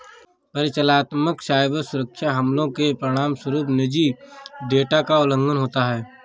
परिचालनात्मक साइबर सुरक्षा हमलों के परिणामस्वरूप निजी डेटा का उल्लंघन होता है